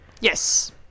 Yes